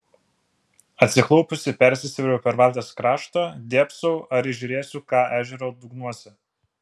atsiklaupusi persisvėriau per valties kraštą dėbsau ar įžiūrėsiu ką ežero dugnuose